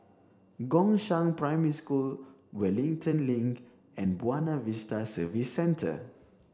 Gongshang Primary School Wellington Link and Buona Vista Service Centre